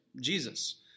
Jesus